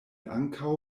ankaŭ